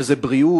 שהן: בריאות,